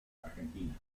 argentina